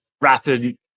rapid